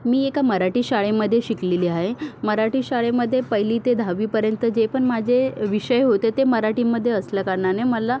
मी एका मराठी शाळेमध्ये शिकलेली आहे मराठी शाळेमध्ये पहिली ते दहावीपर्यंत जे पण माझे विषय होते ते मराठीमध्ये असल्याकारणाने मला